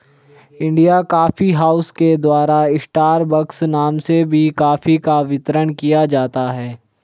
India coffee house के द्वारा Starbucks नाम से भी कॉफी का वितरण किया जाता है